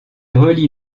relie